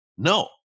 No